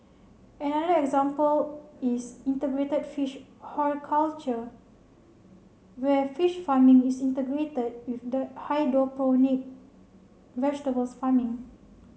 another example is integrated fish horticulture where fish farming is integrated with the hydroponic vegetable farming